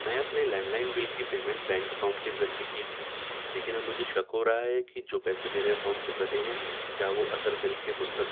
میں اپنے land line bill کی پیمنٹ بینک اکاؤنٹ کے ذریعے کی تھی لیکن اب مجھے شک ہو رہا ہے کہ جو پیسے میرے اکاؤنٹ سے کٹے ہیں کیا وہ اصل بل کے مستق